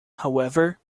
however